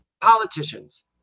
politicians